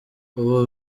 ubu